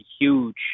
huge